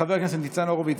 חבר הכנסת ניצן הורוביץ,